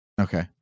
Okay